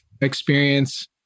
experience